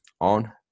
on